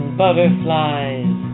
butterflies